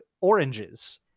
oranges